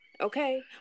Okay